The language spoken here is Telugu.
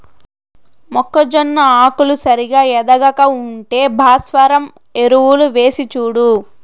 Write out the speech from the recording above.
మొక్కజొన్న ఆకులు సరిగా ఎదగక ఉంటే భాస్వరం ఎరువులు వేసిచూడు